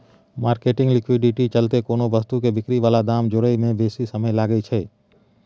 marketing liquidity चलते कोनो वस्तु के बिक्री बला दाम जोड़य में बेशी समय लागइ छइ